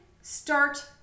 start